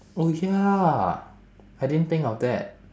oh ya I didn't think of that